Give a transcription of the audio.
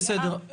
בסדר.